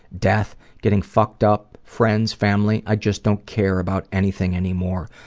death, getting fucked up, friends, family, i just don't care about anything anymore.